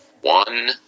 one